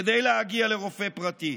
כדי להגיע לרופא פרטי.